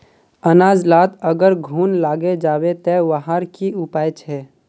अनाज लात अगर घुन लागे जाबे ते वहार की उपाय छे?